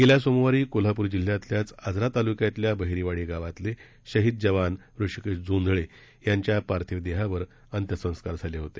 गेल्या सोमवारी कोल्हापूर जिल्ह्यातल्या आजरा तालुक्यातल्या बहिरेवाडी गावातले शहीद जवान ऋषिकेश जोंधळे यांच्या पार्थिव देहावर अंत्यसंस्कार झाले होते